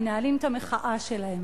מנהלים את המחאה שלהם.